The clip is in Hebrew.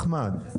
אחמד,